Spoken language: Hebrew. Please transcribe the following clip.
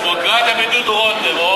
דמוקרטיה מדודו רותם.